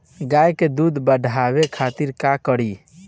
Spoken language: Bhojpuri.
गाय के दूध बढ़ावे खातिर का करी?